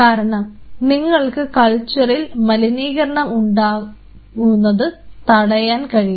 കാരണം നിങ്ങൾക്ക് കൾച്ചറിൽ മലിനീകരണം ഉണ്ടാകുന്നത് തടയാൻ കഴിയും